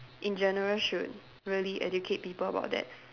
in general should really educate people about that